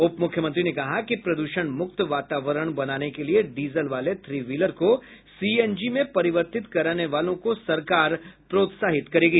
उपमुख्यमंत्री ने कहा कि प्रदूषण मुक्त वातावरण बनाने के लिए डीजल वाले थ्री व्हीलर को सीएनजी में परिवर्तित कराने वालों को सरकार प्रोत्साहित करेगी